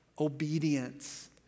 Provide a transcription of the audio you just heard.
obedience